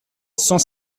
cent